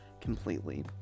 completely